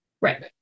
Right